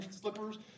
slippers